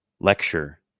lecture